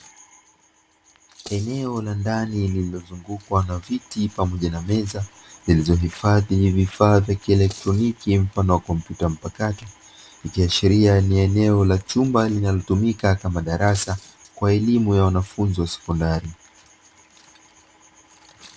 Eneo la ndani lililozungukwa na viti pamoja na meza zilizohifadhi vifaa vya kielektroniki mfano wa kompyuta mpakato, ikiashiria ni eneo la chumba linalotumika kama darasa kwa elimu ya wanafunzi wa sekondari.